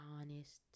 honest